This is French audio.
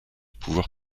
pouvoir